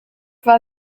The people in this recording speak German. war